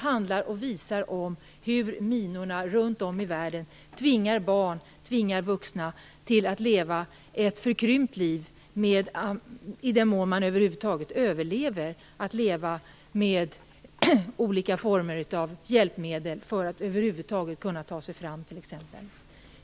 Den visar hur minorna runt om i världen tvingar barn och vuxna att leva ett förkrympt liv, att i den mån de över huvud taget överlever ta sig fram med olika slag av hjälpmedel.